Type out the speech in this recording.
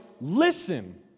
listen